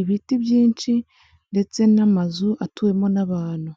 ibiti byinshi ndetse n'amazu atuwemo n'abantu.